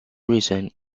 reason